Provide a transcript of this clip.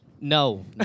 No